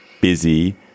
busy